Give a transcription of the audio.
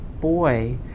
boy